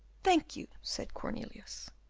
thank you, said cornelius.